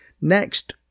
next